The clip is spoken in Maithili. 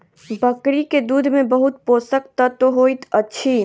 बकरी के दूध में बहुत पोषक तत्व होइत अछि